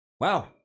Wow